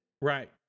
Right